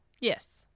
Yes